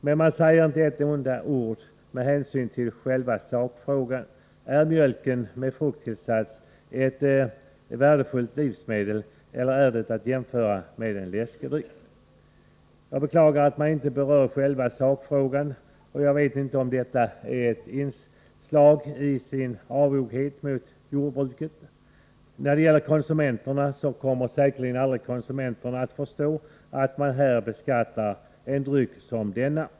Men man säger inte ett enda ord i själva sakfrågan: Är mjölk med frukttillsats ett värdefullt livsmedel eller är det att jämföra med en läskedryck? Jag beklagar att man inte berör själva sakfrågan, och jag vet inte om detta är ett nytt inslag i avogheten mot jordbruket. Konsumenterna kommer säkerligen aldrig att förstå att man beskattar en dryck som denna.